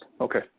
Okay